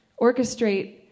Orchestrate